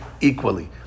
equally